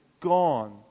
gone